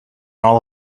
all